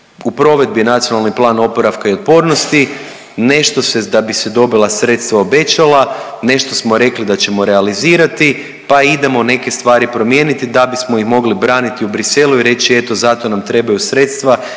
u provedbi NPOO nešto se da bi se dobila sredstva obećala, nešto smo rekli da ćemo realizirati, pa idemo neke stvari promijeniti da bismo ih mogli braniti u Briselu i reći eto za to nam trebaju sredstva